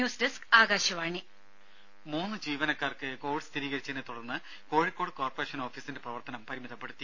news desk Akashvani രംഭ മൂന്ന് ജീവനക്കാർക്ക് കോവിഡ് സ്ഥിരീകരിച്ചതിനെ തുടർന്ന് കോഴിക്കോട് കോർപ്പറേഷൻ ഓഫിസിന്റെ പ്രവർത്തനം പരിമിതപ്പെടുത്തി